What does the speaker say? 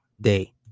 day